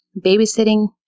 babysitting